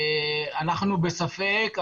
אנחנו בספק,